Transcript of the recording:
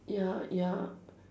ya ya